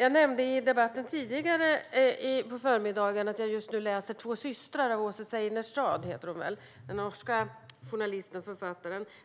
Jag nämnde tidigare i debatten att jag just nu läser Två systrar av Åsne Seierstad, den norska journalisten och författaren.